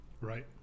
Right